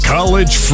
College